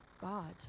God